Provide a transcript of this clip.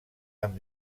amb